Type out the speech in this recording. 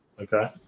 Okay